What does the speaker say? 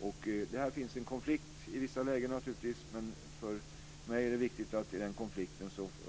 Här finns naturligtvis en konflikt i vissa lägen, men det är viktigt för